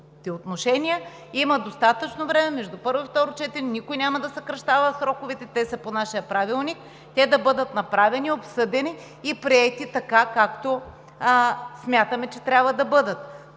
има достатъчно време между първо и второ четене – никой няма да съкращава сроковете, те са по нашия правилник – те да бъдат направени, обсъдени и приети така, както смятаме, че трябва да бъдат.